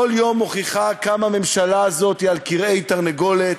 כל יום מוכיח כמה הממשלה הזאת היא על כרעי תרנגולת,